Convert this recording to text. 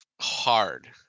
hard